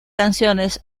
canciones